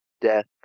death